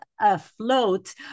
afloat